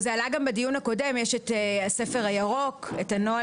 וזה עלה גם בדיון הקודם: יש את הספר הירוק; את הנוהל